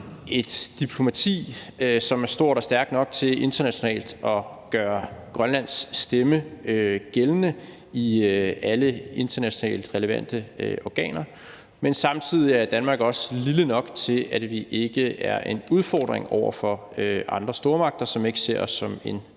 et diplomati, som er stort og stærkt nok til internationalt at gøre Grønlands stemme gældende i alle relevante internationale organer. Samtidig er Danmark også lille nok til, at vi ikke er en udfordring over for andre stormagter, som ikke ser os som en